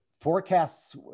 forecasts